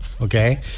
Okay